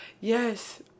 Yes